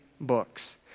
books